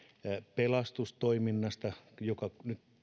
pelastustoiminnasta joka nyt